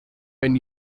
when